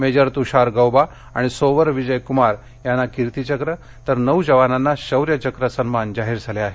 major Tushar Gauba आणि सोवर विजय कुमार यांना कीर्ती चक्र तर नऊ जवानांना शौर्यचक्र सन्मान जाहीर झाले आहेत